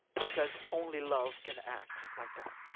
because only love can act like that.